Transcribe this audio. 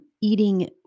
eating